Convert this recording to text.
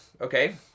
okay